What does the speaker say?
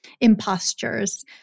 Impostures